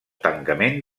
tancament